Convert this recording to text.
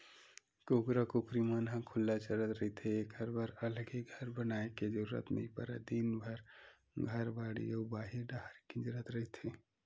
कुकरा कुकरी मन ह खुल्ला चरत रहिथे एखर बर अलगे घर बनाए के जरूरत नइ परय दिनभर घर, बाड़ी अउ बाहिर डाहर किंजरत रहिथे